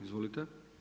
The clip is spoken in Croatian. Izvolite!